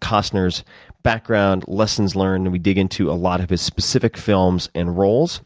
costner's background, lessons learned, and we dig into a lot of his specific films and roles.